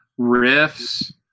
riffs